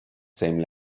same